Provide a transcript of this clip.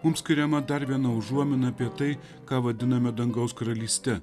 mums skiriama dar viena užuomina apie tai ką vadiname dangaus karalyste